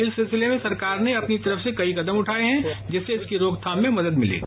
इस सिलसिले में सरकार ने अपनी तरफ से कई कदम उठाये हैं जिससे इसकी रोकथाम में मदद मिलेगी